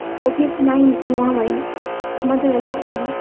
Covid nineteen মহামারি আমাদের এলাকায়